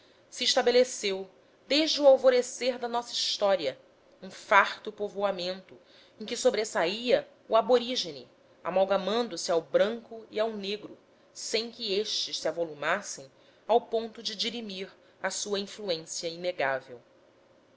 se estabeleceu desde o alvorecer na nossa história um farto povoamento em que sobressaía o aborígine amalgamando se ao branco e ao negro sem que estes se avolumassem ao ponto de dirimir a sua influência inegável